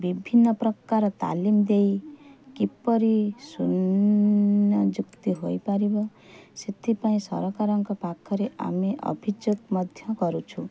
ବିଭିନ୍ନ ପ୍ରକାର ତାଲିମ ଦେଇ କିପରି ସୁନିଯୁକ୍ତି ହୋଇପାରିବ ସେଥିପାଇଁ ସରକାରଙ୍କ ପାଖରେ ଆମେ ଅଭିଯୋଗ ମଧ୍ୟ କରୁଛୁ